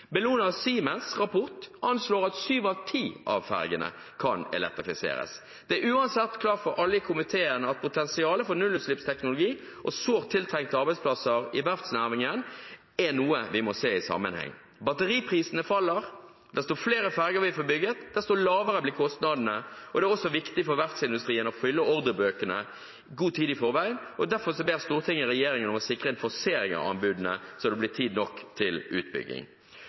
Bellona og Siemens’ rapport anslår at syv av ti av fergene kan elektrifiseres. Det er uansett klart for alle i komiteen at potensialet for nullutslippsteknologi og sårt tiltrengte arbeidsplasser i verftsnæringen er noe vi må se i sammenheng. Batteriprisene faller. Desto flere ferger vi får bygget, desto lavere blir kostnadene. Det er også viktig for verftsindustrien å fylle ordrebøkene god tid i forveien. Derfor ber Stortinget regjeringen om å sikre en forsering av anbudene så det blir tid nok til utbygging.